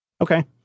Okay